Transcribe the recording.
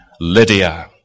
Lydia